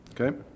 Okay